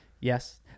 Yes